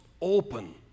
open